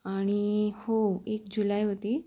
आणि हो एक जुलै होती